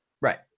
right